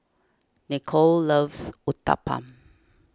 Nicolle loves Uthapam